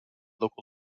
local